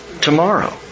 tomorrow